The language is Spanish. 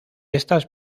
estas